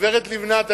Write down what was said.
הגברת לבנת,